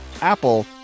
Apple